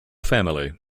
family